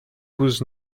was